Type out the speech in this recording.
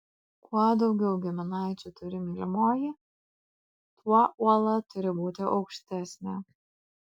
kuo daugiau giminaičių turi mylimoji tuo uola turi būti aukštesnė